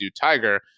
Tiger